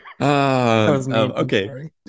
Okay